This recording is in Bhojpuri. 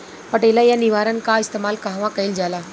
पटेला या निरावन का इस्तेमाल कहवा कइल जाला?